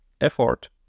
effort